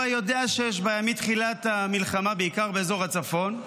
יודע שיש בעיה מתחילת המלחמה בעיקר באזור הצפון,